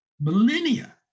millennia